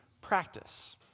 practice